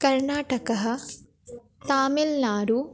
कर्नाटकः तामिल्नाडुः